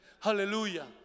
Hallelujah